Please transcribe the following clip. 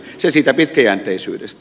se siitä pitkäjänteisyydestä